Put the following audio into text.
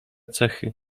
cechy